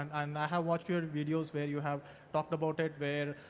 and i mean i have watched your videos where you have talked about it where